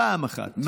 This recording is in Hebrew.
פעם אחת.